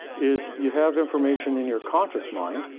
is you have information in your conscious mind,